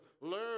learn